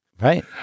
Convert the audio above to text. right